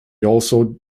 also